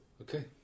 Okay